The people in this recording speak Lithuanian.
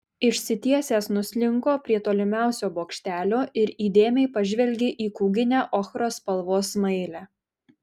išsitiesęs nuslinko prie tolimiausio bokštelio ir įdėmiai pažvelgė į kūginę ochros spalvos smailę